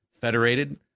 Federated